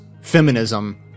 feminism